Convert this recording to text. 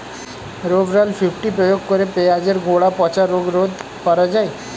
Rovral fifty প্রয়োগ করে পেঁয়াজের গোড়া পচা রোগ রোধ করা যায়?